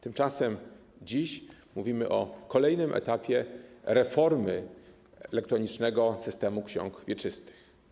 Tymczasem dziś mówimy o kolejnym etapie reformy elektronicznego systemu ksiąg wieczystych.